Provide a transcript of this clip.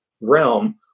realm